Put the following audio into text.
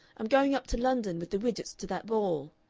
i'm going up to london with the widgetts to that ball.